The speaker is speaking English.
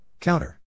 Counter